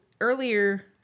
earlier